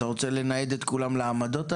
אתה רוצה לנייד את כולם לעמדות האלה?